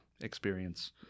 experience